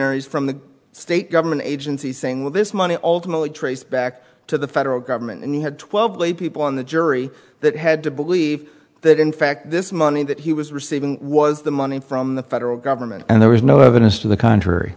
functionaries from the state government agency saying with this money alternately trace back to the federal government and you had twelve people on the jury that had to believe that in fact this money that he was receiving was the money from the federal government and there was no evidence to the contrary